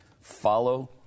Follow